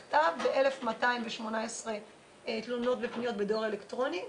ו-1,218 תלונות ופניות בדואר אלקטרוני.